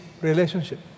relationship